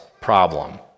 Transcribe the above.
problem